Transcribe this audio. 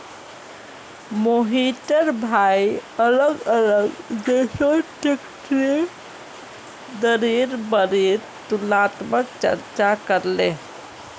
मोहिटर भाई अलग अलग देशोत टैक्सेर दरेर बारेत तुलनात्मक चर्चा करले